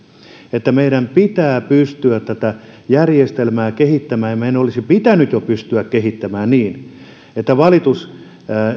että meidän pitää pystyä tätä järjestelmää kehittämään ja meidän olisi jo pitänyt pystyä kehittämään sitä niin että valitus